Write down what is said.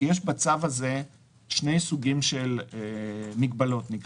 בצו הזה שני סוגים של מגבלה: